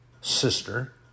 sister